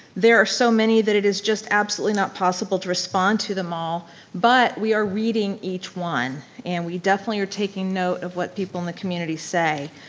there are so many that it is just absolutely not possible to respond to them all but we are reading each one and we definitely are taking note of what people in the community say.